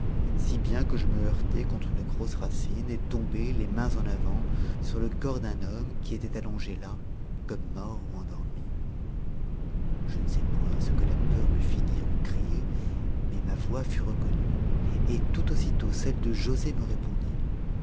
si bien que je me heurtai contre une grosse racine et tombai les mains en avant sur le corps d'un homme qui était allongé là comme mort ou endormi je ne sais point ce que la peur me fit dire ou crier mais ma voix fut reconnue et tout aussitôt celle de joset me répondit